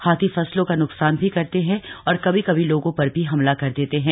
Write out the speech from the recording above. हाथी फसलों का न्कसान भी करते हैं और कभी कभी लोगों पर भी हमला कर देते हैं